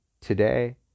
today